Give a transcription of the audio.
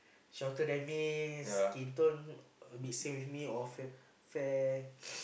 shorter than me skin tone a bit same with me or fair fair